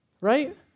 right